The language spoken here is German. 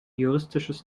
juristisches